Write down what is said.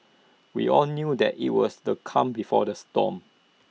we all knew that IT was the calm before the storm